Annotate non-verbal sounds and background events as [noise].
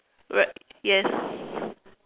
r~ yes [breath]